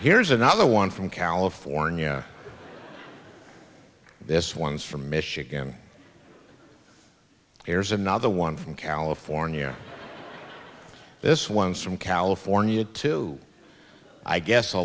here's another one from california this one's from michigan ayres another one from california this one's from california to i guess a